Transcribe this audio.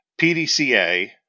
PDCA